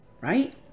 Right